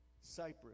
Cyprus